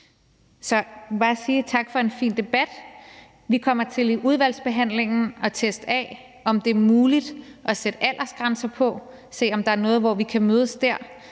vil bare sige tak for en fin debat. Vi kommer i udvalgsbehandlingen til at teste af, om det er muligt at sætte aldersgrænser på, og se, om der er noget, som vi kan mødes om